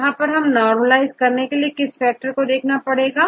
यहां पर नॉर्मलाइज करने के लिए किस फैक्टर को देखना होगा